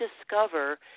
discover